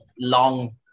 long